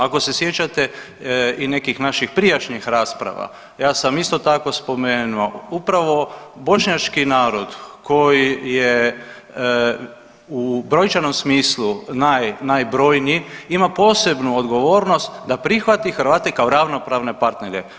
Ako se sjećate i nekih naših prijašnjih rasprava, ja sam isto tako spomenuo upravo bošnjački narod koji je u brojčanom smislu naj, najbrojniji ima posebnu odgovornost da prihvati Hrvate kao ravnopravne partnere.